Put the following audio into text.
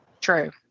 True